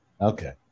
okay